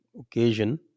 occasion